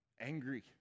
angry